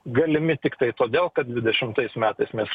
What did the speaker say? galimi tiktai todėl kad dvidešimtais metais mes